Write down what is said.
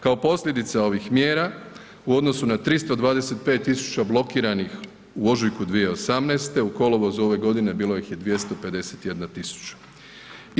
Kao posljedica ovih mjera u odnosu na 325 000 blokiranih u ožujku 2018., u kolovozu ove godine bilo ih je 251 000.